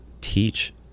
teach